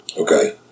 Okay